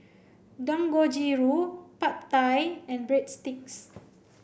Dangojiru Pad Thai and Breadsticks